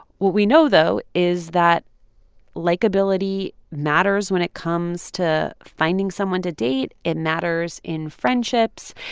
what we know, though, is that likeability matters when it comes to finding someone to date. it matters in friendships.